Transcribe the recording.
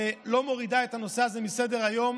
שלא מורידה את הנושא הזה מסדר-היום,